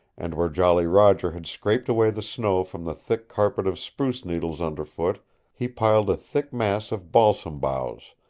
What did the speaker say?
and where jolly roger had scraped away the snow from the thick carpet of spruce needles underfoot he piled a thick mass of balsam boughs,